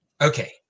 Okay